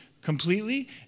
completely